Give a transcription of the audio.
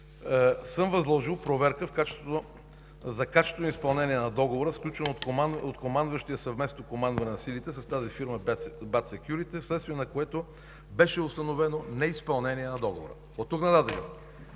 съм възложил проверка за качественото изпълнение на договора, сключен от командващия Съвместното командване на силите с фирма „Бат Секюрити“, вследствие на което беше установено неизпълнение на договора. Оттук нататък